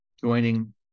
joining